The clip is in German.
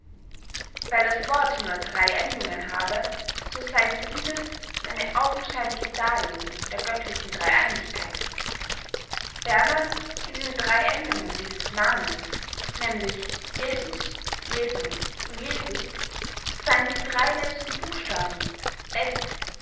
weil das wort nur drey endungen habe so sey dieses eine augenscheinliche darlegung der göttlichen dreyeinigkeit ferner in den drey endungen dieses namens nämlich jesus jesum und jesu seyen die drey letzten buchstaben s